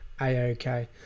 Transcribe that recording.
a-okay